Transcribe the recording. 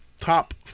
top